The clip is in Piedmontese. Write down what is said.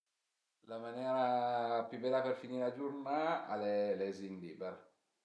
La manera pi bela per finì la giurnà al e lezi ën liber